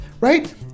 right